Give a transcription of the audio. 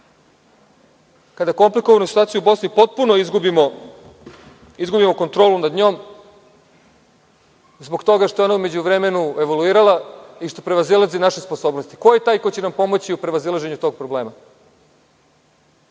komplikovanu situaciju u Bosni potpuno izgubimo kontrolu nad njom zbog toga što je ona u međuvremenu evoluirala i što prevazilazi naše sposobnosti? Ko je taj ko će nam pomoći u prevazilaženju tog problema? Bio